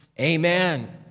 amen